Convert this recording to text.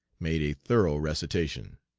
made a thorough recitation.